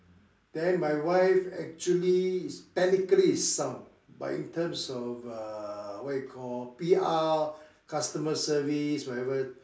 then my wife actually is technically is sound but in terms of uh what you call P_R customer service whatever